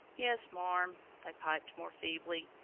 yes, marm, they piped, more feebly.